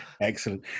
excellent